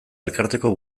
elkarteko